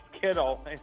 Kittle